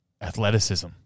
athleticism